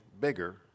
bigger